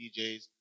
DJs